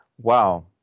Wow